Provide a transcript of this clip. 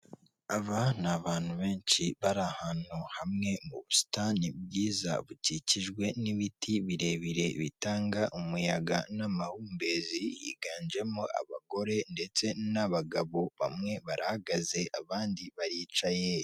Aba ni abantu benshi bari ahantu hamwe mu busitani bwiza bukikijwe n'imiti birebire, bitanga umuyaga n'amahumbezi, higanjemo abagore ndetse n'abagabo, bamwe barahagaze abandi baricaye.